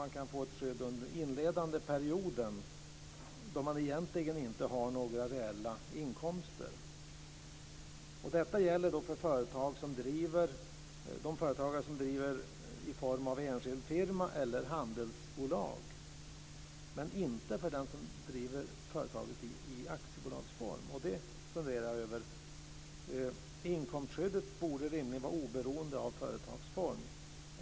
Man kan få ett skydd under den inledande perioden då man egentligen inte har några reella inkomster. Detta gäller för de företagare som driver verksamhet i form av enskild firma eller handelsbolag, men inte för den som driver företag i aktiebolagsform. Inkomstskyddet borde rimligen gälla oberoende av företagsform.